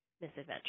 misadventure